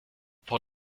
vor